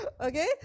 Okay